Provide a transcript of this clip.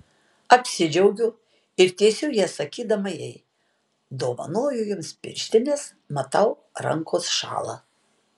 apsidžiaugiu ir tiesiu jas sakydama jai dovanoju jums pirštines matau rankos šąla